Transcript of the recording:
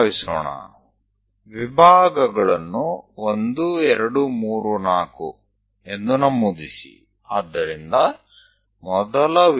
ચાલો આપણે કહીએ 5 ભાગોને 1234 એ રીતે નામ આપો